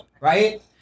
right